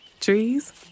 Trees